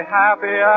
happy